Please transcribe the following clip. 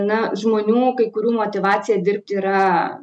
na žmonių kai kurių motyvacija dirbti yra